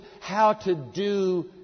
how-to-do